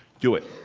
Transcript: do it.